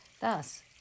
Thus